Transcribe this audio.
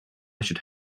should